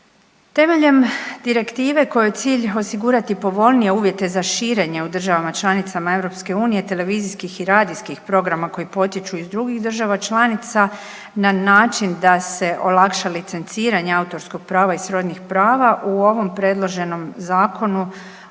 Temeljem direktive kojoj je cilj osigurati povoljnije uvjete za širenje u državama članicama EU, televizijskih i radijskih programa koji potječu iz drugih država članica, na način da se olakša licenciranje autorskog prava i srodnih prava u ovom predloženom Zakonu